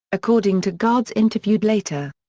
according to guards interviewed later.